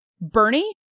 Bernie